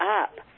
up